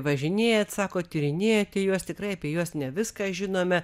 važinėjat sakot tyrinėjate juos tikrai apie juos ne viską žinome